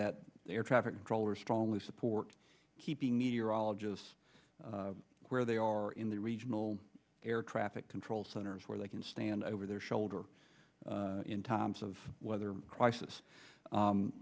that their traffic controllers strongly support keeping meteorologists where they are in the regional air traffic control centers where they can stand over their shoulder in times of weather crisis